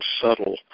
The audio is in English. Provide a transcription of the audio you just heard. subtle